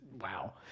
wow